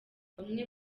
bamwe